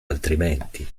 altrimenti